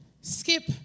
skip